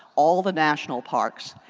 all of the national parks,